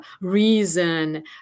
reason